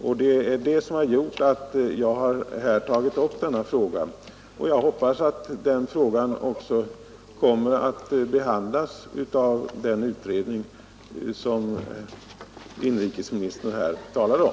Det är bl.a. detta som gjort att jag har tagit upp denna fråga, och jag hoppas att den frågan också kommer att behandlas av den utredning som inrikesministern har talat om.